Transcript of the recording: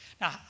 Now